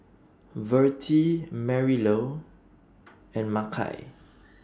Vertie Marylou and Makai